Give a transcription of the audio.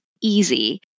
easy